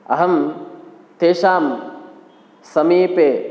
अहं तेषां समीपे